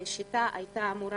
"שיטה" הייתה אמורה,